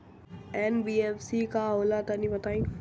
NBFC का होला तनि बताई?